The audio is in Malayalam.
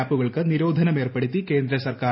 ആപ്പുകൾക്ക് നിരോധനം ഏർപ്പെടുത്തി കേന്ദ്ര സർക്കാർ